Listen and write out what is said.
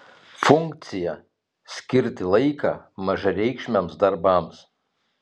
funkcija skirti laiką mažareikšmiams darbams